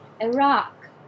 Iraq